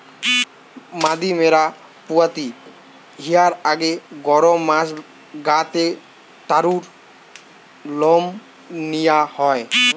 মাদি ম্যাড়া পুয়াতি হিয়ার আগে গরম মাস গা তে তারুর লম নিয়া হয়